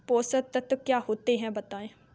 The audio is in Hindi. पोषक तत्व क्या होते हैं बताएँ?